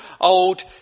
Old